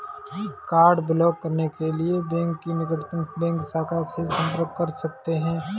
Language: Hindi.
कार्ड ब्लॉक करने के लिए बैंक की निकटतम बैंक शाखा से संपर्क कर सकते है